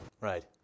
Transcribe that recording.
Right